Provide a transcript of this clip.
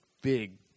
big